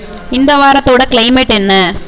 இந்த வாரத்தோட கிளைமேட் என்ன